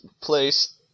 place